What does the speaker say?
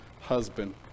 husband